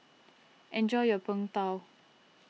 enjoy your Png Tao